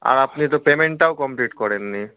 আর আপনি তো পেমেন্টটাও কমপ্লিট করেননি